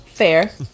Fair